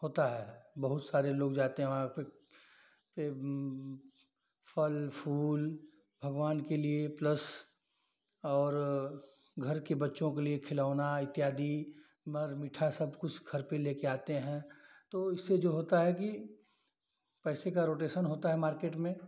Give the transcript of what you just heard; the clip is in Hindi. होता है बहुत सारे लोग जाते हैं वहाँ पे फल फूल भगवान के लिए प्लस और घर के बच्चों के लिए खिलौना इत्यादि मध मीठा सब कुछ घर पे लेके आते हैं तो इससे जो होता है कि पैसे का रोटेशन होता है मार्केट में